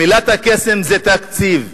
מילת הקסם זה תקציב.